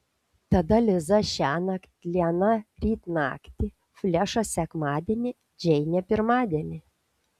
tada liza šiąnakt liana ryt naktį flešas sekmadienį džeinė pirmadienį